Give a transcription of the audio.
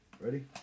ready